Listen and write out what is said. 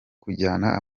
kujyana